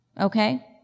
Okay